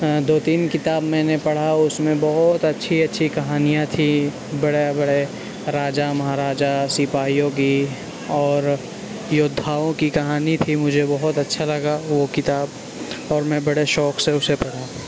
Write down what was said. دو تین کتاب میں نے پڑھا اس میں بہت اچھی اچھی کہانیاں تھی بڑے بڑے راجہ مہاراجہ سپاہیو کی اور یودھاؤں کی کہانی تھی مجھے بہت اچھا لگا وہ کتاب اور میں بڑے شوق سے اسے پڑھا